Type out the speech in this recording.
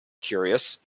curious